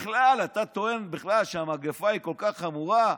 בכלל, אתה טוען שהמגפה היא כל כך חמורה,